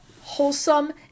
wholesome